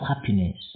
happiness